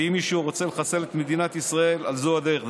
ואם מישהו רוצה לחסל את מדינת ישראל, אז זו הדרך.